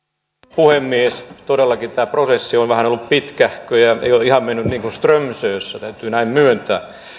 puhemies todellakin tämä prosessi on vähän ollut pitkähkö ja ja ei ole ihan mennyt niin kuin strömsössä täytyy näin myöntää